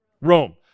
Rome